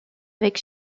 avec